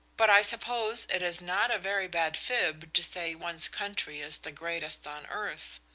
but i suppose it is not a very bad fib to say one's country is the greatest on earth.